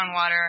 groundwater